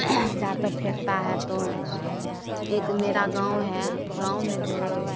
जाकर फेंकता है तो एक मेरा गाँव है गाँव में जो